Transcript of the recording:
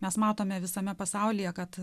mes matome visame pasaulyje kad